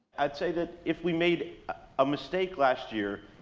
i'd say that if we made a mistake last year,